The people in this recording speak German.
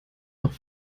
noch